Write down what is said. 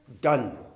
done